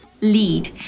lead